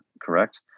Correct